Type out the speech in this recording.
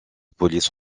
police